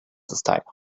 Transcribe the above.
hostile